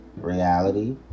reality